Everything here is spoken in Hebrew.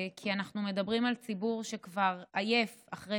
אנחנו מדברים על ציבור שכבר עייף אחרי